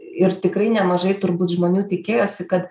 ir tikrai nemažai turbūt žmonių tikėjosi kad